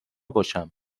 باشم